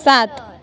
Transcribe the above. सात